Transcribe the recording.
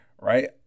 right